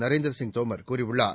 நரேந்திரசிங் தோமர் கூறியுள்ளார்